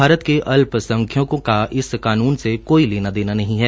भारत के अल्पसंख्यकों का इस कानून से कोई लेना देना नहीं है